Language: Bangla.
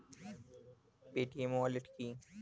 পেটিএম ওয়ালেট কি?